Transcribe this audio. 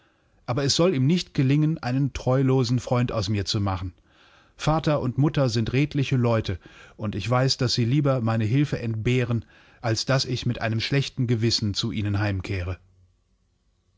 aber es soll ihm nicht gelingen einen treulosen freund aus mir zu machen vater und mutter sind redliche leute und ich weiß daß sie lieber meine hilfe entbehren als daß ich mit einem schlechtengewissenzuihnenheimkehre l